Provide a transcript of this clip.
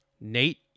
Nate